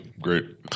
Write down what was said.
great